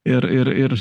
ir ir ir